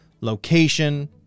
location